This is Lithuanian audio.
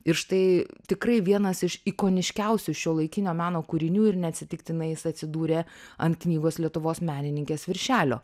ir štai tikrai vienas iš ikoniškiausių šiuolaikinio meno kūrinių ir neatsitiktinai jis atsidūrė ant knygos lietuvos menininkės viršelio